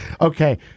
Okay